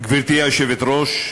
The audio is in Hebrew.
גברתי היושבת-ראש,